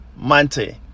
Mante